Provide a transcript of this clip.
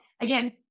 again